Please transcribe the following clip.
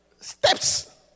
steps